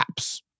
apps